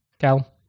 Cal